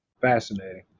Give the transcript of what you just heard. Fascinating